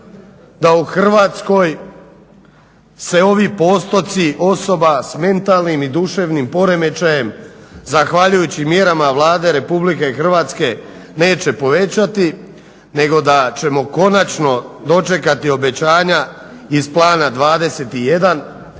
da u Hrvatskoj se ovi postotci osoba s mentalnim i duševnim poremećajem zahvaljujući mjerama Vlade Republike Hrvatske neće povećati nego da ćemo konačno dočekati obećanja iz Plana 21